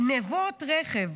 גנבות רכב,